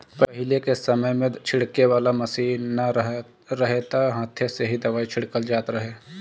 पहिले के समय में छिड़के वाला मशीन ना रहे त हाथे से ही दवाई छिड़कल जात रहे